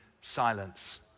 silence